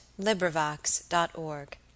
LibriVox.org